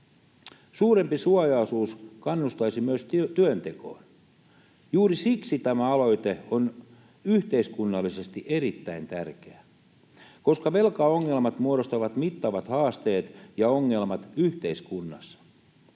Suurempi suojaosuus kannustaisi myös työntekoon. Juuri siksi tämä aloite on yhteiskunnallisesti erittäin tärkeä, koska velkaongelmat muodostavat mittavat haasteet ja ongelmat yhteiskunnassa.